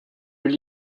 peut